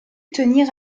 tenir